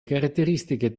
caratteristiche